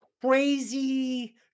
Crazy